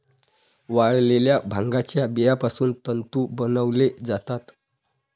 वाळलेल्या भांगाच्या बियापासून तंतू बनवले जातात